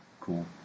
Cool